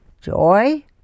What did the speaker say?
joy